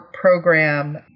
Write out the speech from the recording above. program